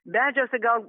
beldžiausi gal